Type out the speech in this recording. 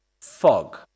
fog